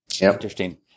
Interesting